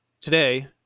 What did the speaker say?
today